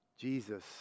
Jesus